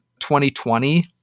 2020